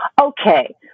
Okay